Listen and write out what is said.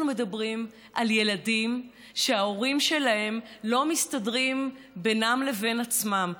אנחנו מדברים על ילדים שההורים שלהם לא מסתדרים בינם לבין עצמם,